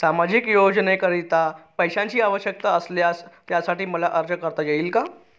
सामाजिक योजनेकरीता पैशांची आवश्यकता असल्यास त्यासाठी मला अर्ज करता येईल का?